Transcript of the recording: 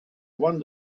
one